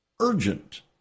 urgent